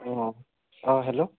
অ' hello